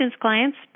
clients